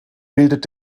bildet